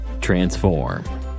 Transform